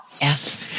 Yes